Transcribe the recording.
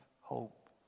hope